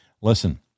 listen